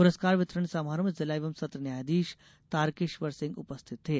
पुरस्कार वितरण समारोह में जिला एवं सत्र न्यायाधीश तारकेश्वर सिंह उपस्थित थे